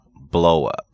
blow-up